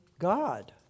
God